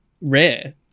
rare